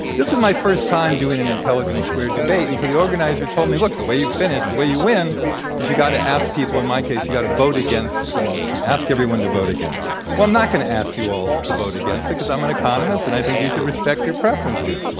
this is my first time doing an intelligence squared debate, and so the organizer told me, look, the way you finish, the way you win is you got to ask people in my case, you got to vote against the motion. ask everyone to vote against it. well, i'm not going to ask you all to vote against it because i'm an economist and i think you should respect your preferences,